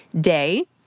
day